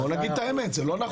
בוא נגיד את האמת, זה לא נכון.